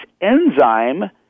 enzyme